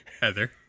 Heather